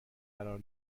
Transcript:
قرار